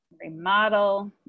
remodel